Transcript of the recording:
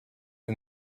yng